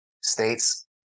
states